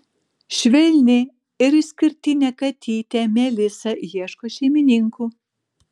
švelni ir išskirtinė katytė melisa ieško šeimininkų